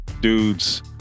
dudes